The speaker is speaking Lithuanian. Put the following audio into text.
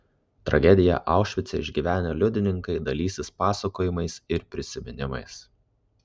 tragediją aušvice išgyvenę liudininkai dalysis pasakojimais ir prisiminimais